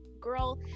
girl